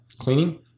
cleaning